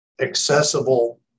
accessible